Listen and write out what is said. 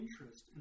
interest